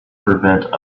prevent